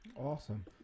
Awesome